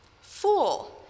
Fool